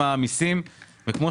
פנייה מס' 46